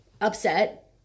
upset